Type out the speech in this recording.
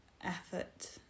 effort